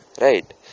Right